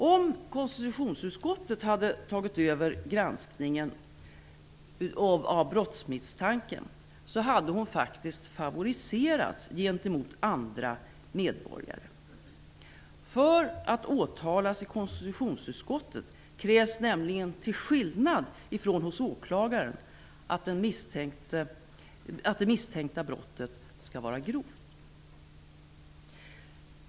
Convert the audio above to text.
Om konstitutionsutskottet hade tagit över granskningen av brottsmisstanken hade faktiskt Mona Sahlin favoriserats gentemot andra medborgare. För att åtalas i konstitutionsutskottet krävs nämligen - till skillnad från det som krävs för att åklagaren skall väcka åtal - att det misstänkta brottet skall vara grovt.